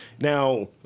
Now